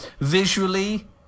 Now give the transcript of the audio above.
Visually